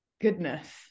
Goodness